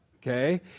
Okay